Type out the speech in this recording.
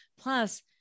Plus